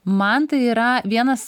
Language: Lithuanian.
man tai yra vienas